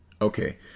Okay